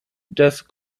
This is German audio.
des